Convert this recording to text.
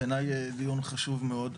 בעיניי דיון חשוב מאוד,